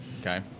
Okay